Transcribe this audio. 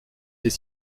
est